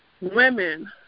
women